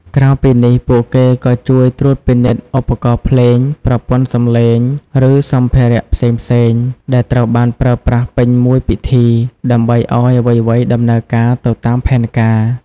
ក្រៅពីនេះ ពួកគេក៏ជួយត្រួតពិនិត្យ ឧបករណ៍ភ្លេង ប្រព័ន្ធសំឡេង ឬ សម្ភារៈផ្សេងៗ ដែលត្រូវបានប្រើប្រាស់ពេញមួយពិធី ដើម្បីឱ្យអ្វីៗដំណើរការទៅតាមផែនការ។